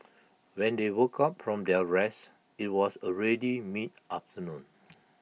when they woke up from their rest IT was already mid afternoon